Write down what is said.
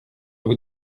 vous